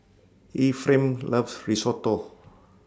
Ephraim loves Risotto